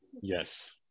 Yes